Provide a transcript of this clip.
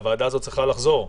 הוועדה הזאת צריכה לחזור לפעול.